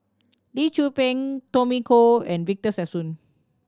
Lee Tzu Pheng Tommy Koh and Victor Sassoon